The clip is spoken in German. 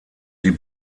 die